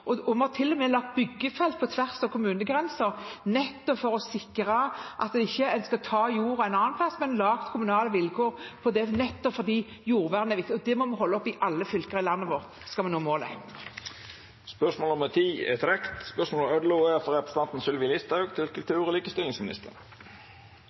har til og med lagt byggefelt på tvers av kommunegrensene nettopp for å sikre at man ikke tar jord. Man har laget kommunale vilkår nettopp fordi jordvern er viktig. Og det må vi holde opp i alle fylker i landet vårt, skal vi nå målet. Dette spørsmålet